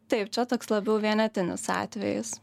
taip čia toks labiau vienetinis atvejis